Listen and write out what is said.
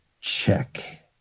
check